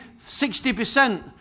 60%